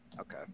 Okay